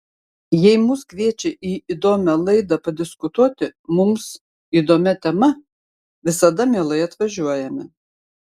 jei mus kviečia į įdomią laidą padiskutuoti mums įdomia tema visada mielai atvažiuojame